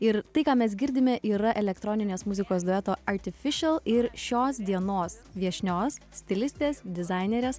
ir tai ką mes girdime yra elektroninės muzikos dueto artificial ir šios dienos viešnios stilistės dizainerės